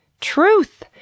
Truth